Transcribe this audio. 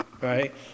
right